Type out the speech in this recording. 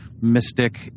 Mystic